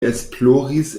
esploris